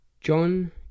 John